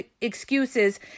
excuses